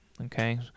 okay